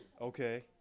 okay